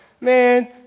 man